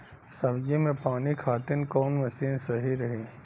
सब्जी में पानी खातिन कवन मशीन सही रही?